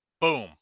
Boom